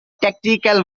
tactical